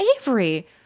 Avery